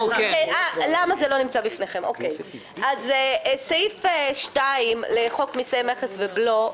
למה זה לא נמצא בפניכם סעיף 2 לחוק מיסי מכס ובלו,